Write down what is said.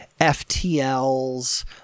ftl's